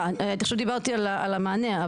עכשיו דיברתי על המענה,